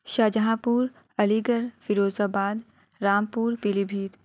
شاہجہاں پور Aligarh Firozabad Rampur پیلی بھیت